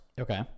Okay